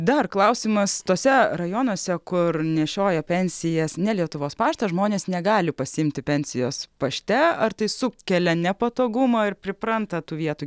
dar klausimas tuose rajonuose kur nešioja pensijas ne lietuvos paštas žmonės negali pasiimti pensijos pašte ar tai sukelia nepatogumą ir pripranta tų vietų